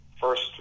first